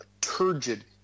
turgid